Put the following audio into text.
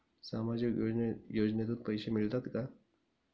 सामाजिक योजनेतून पैसे मिळतात का?